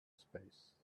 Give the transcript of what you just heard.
space